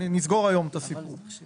נסגור היום את הנושא הזה.